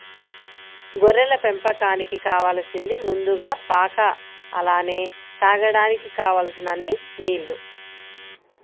గొర్రెల పెంపకానికి కావాలసింది ముందుగా పాక అలానే తాగడానికి కావలసినన్ని నీల్లు